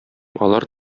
алар